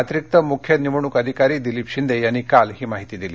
अतिरिक्त मुख्य निवडणूक अधिकारी दिलीप शिंदे यांनी काल ही माहिती दिली